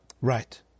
Right